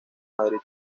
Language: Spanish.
madrid